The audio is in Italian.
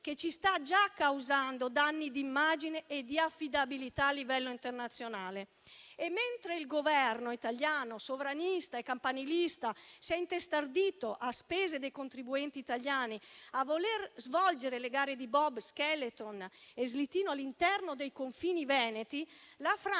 che ci sta già causando danni di immagine e di affidabilità a livello internazionale. E mentre il Governo italiano, sovranista e campanilista, si è intestardito, a spese dei contribuenti italiani, a voler svolgere le gare di bob, skeleton e slittino all'interno dei confini veneti, la Francia,